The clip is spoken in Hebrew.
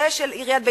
זו של עיריית בית-שאן.